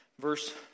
verse